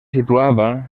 situava